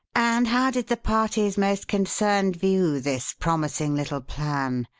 and how did the parties most concerned view this promising little plan?